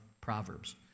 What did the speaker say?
Proverbs